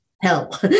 hell